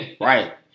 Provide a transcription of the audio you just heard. Right